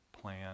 plan